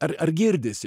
ar ar girdisi